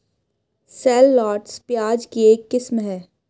shallots, प्याज की एक किस्म है